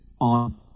on